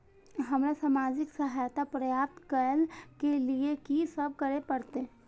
हमरा सामाजिक सहायता प्राप्त करय के लिए की सब करे परतै?